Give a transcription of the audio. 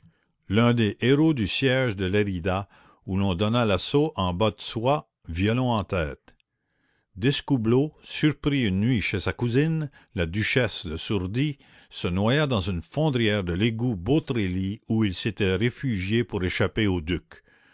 l'un des héros du siège de lérida où l'on donna l'assaut en bas de soie violons en tête d'escoubleau surpris une nuit chez sa cousine la duchesse de sourdis se noya dans une fondrière de l'égout beautreillis où il s'était réfugié pour échapper au duc